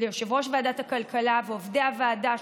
ליושב-ראש ועדת הכלכלה ועובדי הוועדה,